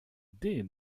did